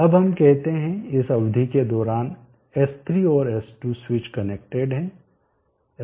अब हम कहते हैं इस अवधि के दौरान S3 और S2 स्विच कनेक्टेड है